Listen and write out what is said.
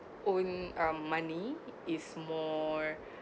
own uh money is more